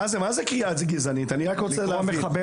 מה זה קריאה גזענית, אני רק רוצה להבין?